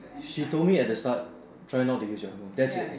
she told me at the start try not to use your phone that's it